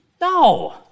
No